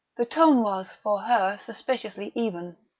the tone was, for her, suspiciously even.